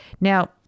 Now